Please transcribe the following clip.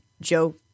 Joe